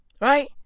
right